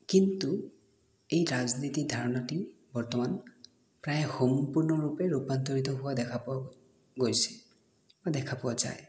কিন্তু এই ৰাজনীতি ধাৰণাটি বৰ্তমান প্ৰায় সম্পূৰ্ণৰূপে ৰূপান্তৰিত হোৱা দেখা পোৱা গৈছে দেখা পোৱা যায়